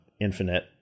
Infinite